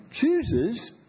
chooses